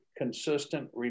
consistent